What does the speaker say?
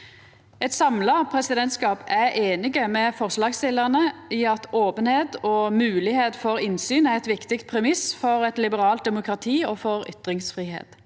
Eit samla presidentskap er einig med forslagsstillarane i at openheit og moglegheit for innsyn er ein viktig premiss for eit liberalt demokrati og for ytringsfridom.